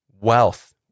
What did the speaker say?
wealth